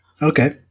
Okay